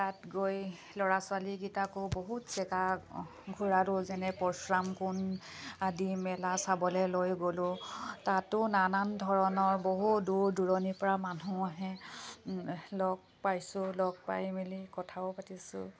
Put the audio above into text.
তাত গৈ ল'ৰা ছোৱালীকেইটাকো বহুত জেগা ঘূৰালোঁ যেনে পৰশুৰাম কুণ্ড আদি মেলা চাবলৈ লৈ গ'লোঁ তাতো নানান ধৰণৰ বহু দূৰ দূৰণিৰপৰা মানুহ আহে লগ পাইছোঁ লগ পাই মেলি কথাও পাতিছোঁ